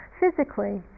physically